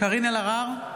קארין אלהרר,